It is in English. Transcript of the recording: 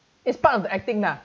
it's part of the acting ah